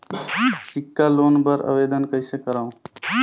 सिक्छा लोन बर आवेदन कइसे करव?